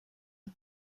est